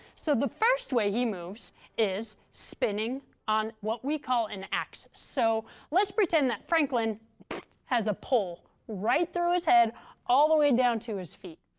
so the first way he moves is spinning on what we call an axis. so let's pretend that franklin has a pole right through his head all the way down to his feet.